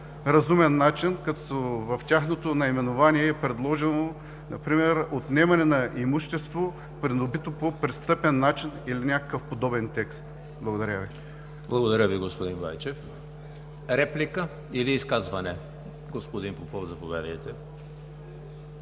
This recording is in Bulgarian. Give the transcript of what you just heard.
по-разумен начин, като в тяхното наименование е предложено например „отнемане на имущество, придобито по престъпен начин”, или някакъв подобен текст. Благодаря Ви. ПРЕДСЕДАТЕЛ ЕМИЛ ХРИСТОВ: Благодаря Ви, господин Байчев. Реплика или изказване? Господин Попов, заповядайте.